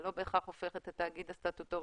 זה לא בהכרח הופך את התאגיד הסטטוטורי,